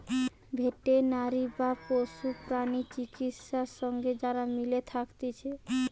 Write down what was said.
veterinary বা পশু প্রাণী চিকিৎসা সঙ্গে যারা মিলে থাকতিছে